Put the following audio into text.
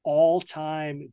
all-time